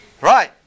Right